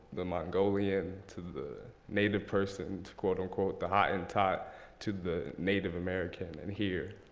the mongolian, to the native person, to, quote unquote, the hottentot to the native american and here.